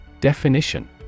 Definition